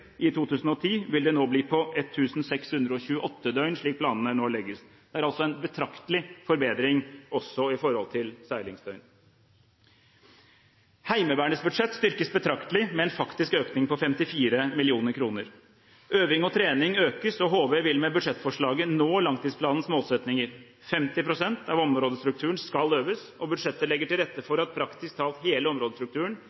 i 2010, vil de nå bli på 1 628 døgn, slik planene nå legges. Det er altså en betraktelig forbedring også i forhold til seilingsdøgn. Heimevernets budsjett styrkes betraktelig, med en faktisk økning på 54 mill. kr. Øving og trening økes, og HV vil med budsjettforslaget nå langtidsplanens målsettinger. 50 pst. av områdestrukturen skal øves, og budsjettet legger til rette